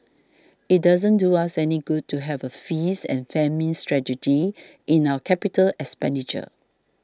it doesn't do us any good to have a feast and famine strategy in our capital expenditure